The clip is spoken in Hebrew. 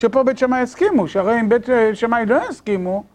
שפה בית שמאי הסכימו, שהרי אם בית שמאי לא יסכימו.